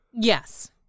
Yes